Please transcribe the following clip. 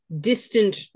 distant